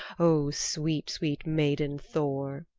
o sweet, sweet maiden thor!